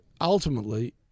ultimately